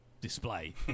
display